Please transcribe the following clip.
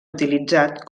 utilitzat